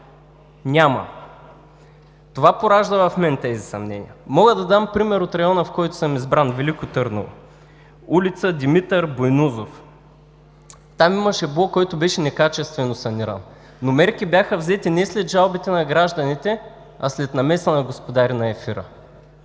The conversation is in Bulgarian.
няма! Това поражда в мен тези съмнения. Мога да дам пример от района, в който съм избран – Велико Търново, ул. „Димитър Буйнозов“. Там имаше блок, който беше некачествено саниран, но мерки бяха взети не след жалбите на гражданите, а след намесата на „Господари на ефира“.